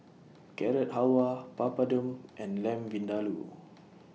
Carrot Halwa Papadum and Lamb Vindaloo